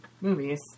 movies